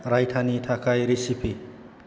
रायथानि थाखाय रेसिपि